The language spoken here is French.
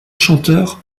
chanteur